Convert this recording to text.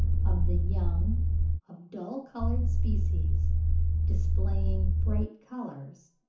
of the young of dull-coloured species displaying bright colours,